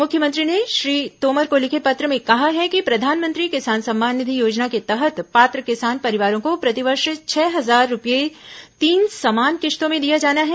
मुख्यमंत्री ने श्री तोमर को लिखे पत्र में कहा है कि प्रधानमंत्री किसान सम्मान निधि योजना के तहत पात्र किसान परिवारों को प्रतिवर्ष छह हजार रूपये तीन समान किश्तों में दिया जाना है